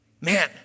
man